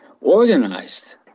organized